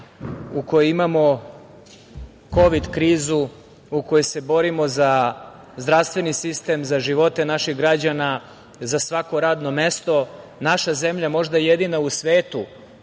u kojoj imamo kovid krizu, u kojoj se borimo za zdravstveni sistem, za živote naših građana, za svako radno mesto, naša zemlja možda jedina u svetu